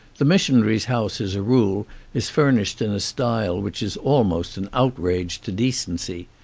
the missionary's house as a rule is furnished in a style which is almost an outrage to decency.